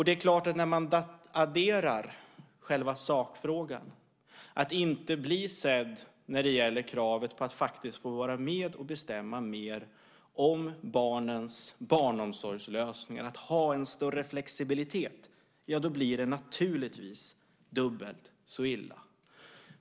Det är klart att när man adderar själva sakfrågan, att inte bli sedd när det gäller kravet på att få vara med och bestämma mer om barnomsorgslösningar och ha en större flexibilitet, blir det naturligtvis dubbelt så illa.